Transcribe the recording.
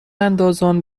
اندازان